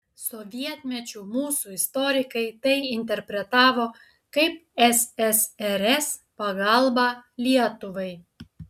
sovietmečiu mūsų istorikai tai interpretavo kaip ssrs pagalbą lietuvai